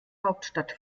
hauptstadt